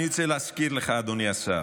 אני רוצה להזכיר לך, אדוני השר,